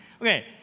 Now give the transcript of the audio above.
Okay